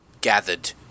gathered